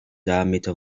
diameter